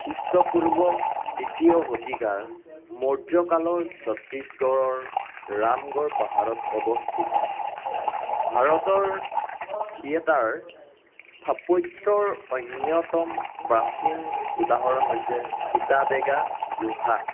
খ্ৰীষ্টপূৰ্ব তৃতীয় শতিকাৰ মৌৰ্য কালৰ ছত্তীশগড় ৰামগড় পাহাৰত অৱস্থিত ভাৰতৰ থিয়েটাৰ স্থাপত্যৰ অন্যতম প্ৰাচীন উদাহৰণ হৈছে সীতাবেগা গুহা